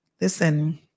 listen